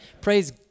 Praise